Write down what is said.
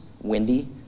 windy